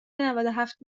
نودوهفت